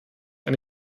ein